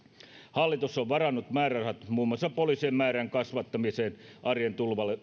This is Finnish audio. hallitus on varannut määrärahat muun muassa poliisien määrän kasvattamiseen arjen